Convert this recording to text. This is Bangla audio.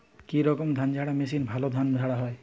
কি রকম ধানঝাড়া মেশিনে ভালো ধান ঝাড়া হয়?